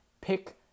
pick